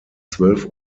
zwölf